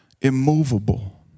immovable